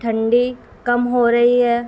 ٹھنڈی کم ہو رہی ہے